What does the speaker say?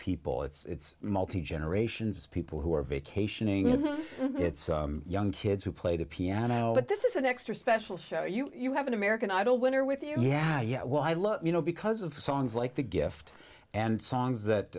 people it's multi generations people who are vacationing it's young kids who play the piano but this is an extra special show you you have an american idol winner with you yeah yeah well i look you know because of songs like the gift and songs that